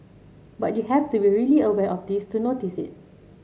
but you have to be really aware of this to notice it